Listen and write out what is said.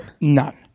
None